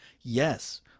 yes